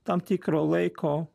tam tikro laiko